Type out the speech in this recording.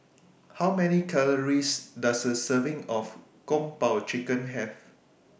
How Many Calories Does A Serving of Kung Po Chicken Have